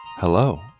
Hello